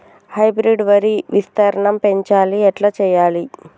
Hybrid వరి విస్తీర్ణం పెంచాలి ఎట్ల చెయ్యాలి?